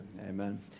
Amen